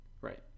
right